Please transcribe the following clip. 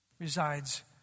resides